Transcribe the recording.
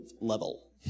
level